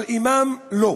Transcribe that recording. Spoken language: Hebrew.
אבל אימאם לא.